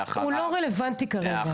הוא לא רלוונטי הרגע.